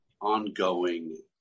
ongoing